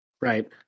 Right